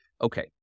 okay